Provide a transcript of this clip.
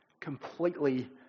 completely